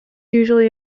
usually